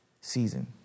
season